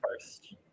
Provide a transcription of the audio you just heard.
first